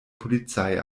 polizei